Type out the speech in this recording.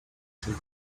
him